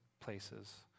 places